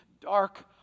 dark